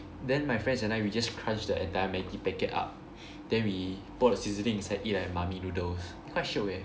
then my friends and I we just crunch the entire maggie packet up then we pour the seasoning inside eat it like Mamee Noodles quite shiok eh